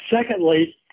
secondly